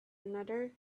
another